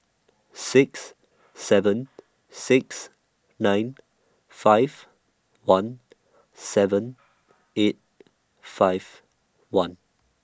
six seven six nine five one seven eight five one